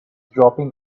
dropping